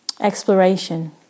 exploration